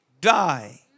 die